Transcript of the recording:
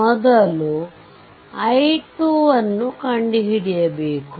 ಮೊದಲು i2 ಕಂಡುಹಿಡಿಯಬೇಕು